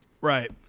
right